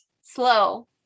slow